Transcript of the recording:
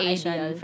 Asian